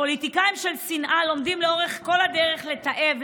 פוליטיקאים של שנאה לומדים לאורך כל הדרך לתעב,